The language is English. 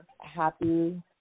happy